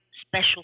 special